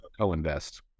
co-invest